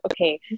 okay